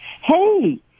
Hey